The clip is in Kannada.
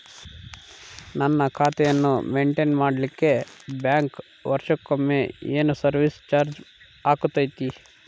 ನನ್ನ ಖಾತೆಯನ್ನು ಮೆಂಟೇನ್ ಮಾಡಿಲಿಕ್ಕೆ ಬ್ಯಾಂಕ್ ವರ್ಷಕೊಮ್ಮೆ ಏನು ಸರ್ವೇಸ್ ಚಾರ್ಜು ಹಾಕತೈತಿ?